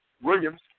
Williams